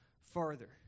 farther